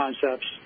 concepts